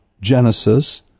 Genesis